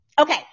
Okay